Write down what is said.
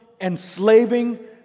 enslaving